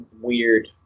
weird